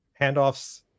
handoffs